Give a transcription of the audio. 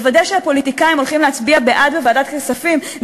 לוודא שהפוליטיקאים הולכים להצביע בעד בוועדת הכספים,